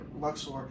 Luxor